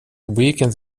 weekends